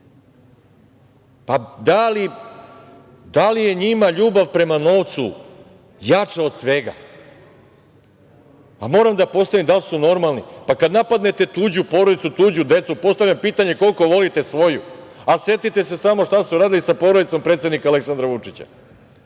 Pa da li je njima ljubav prema novcu jača od svega? Moram da postavim, da li su normalni? Pa, kad napadnete tuđu porodicu, tuđu decu, postavljam pitanje koliko volite svoju? Setite se samo šta su radili sa porodicom predsednika Aleksandra Vučića.